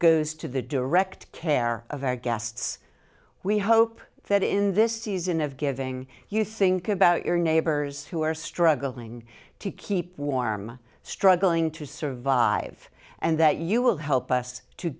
goes to the direct care of our guests we hope that in this season of giving you think about your neighbors who are struggling to keep warm struggling to survive and that you will help us to